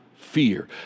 fear